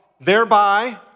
thereby